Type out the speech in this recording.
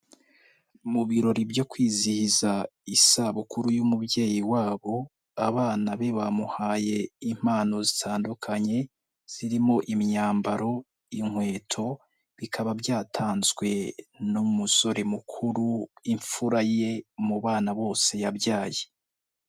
Mu birori byo kwizihiza isabukuru y'umubyeyi wabo, abana be bamuhaye impano zitandukanye zirimo: imyambaro, inkweto, bikaba byatanzwe n'umusore mukuru, imfura ye mu bana bose yabyaye.